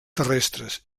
terrestres